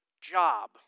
job